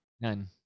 None